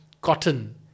cotton